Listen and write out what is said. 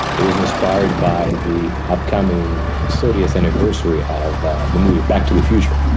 it was inspired by the upcoming thirtieth anniversary of the movie back to the future.